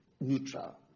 neutral